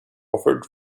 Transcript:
offered